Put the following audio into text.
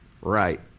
right